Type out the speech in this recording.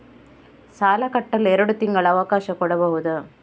ಸಾಲ ಕಟ್ಟಲು ಎರಡು ತಿಂಗಳ ಅವಕಾಶ ಕೊಡಬಹುದಾ?